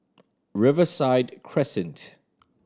Riverside Crescent